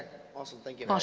awesome, thank you.